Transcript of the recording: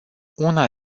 una